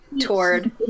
toward-